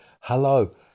Hello